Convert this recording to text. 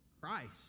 Christ